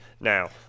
Now